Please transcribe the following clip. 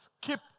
Keep